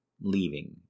leaving